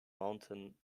mountain